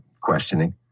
questioning